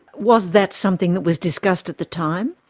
was that something that was discussed at the time?